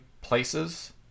places